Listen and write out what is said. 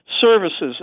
services